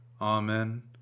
Amen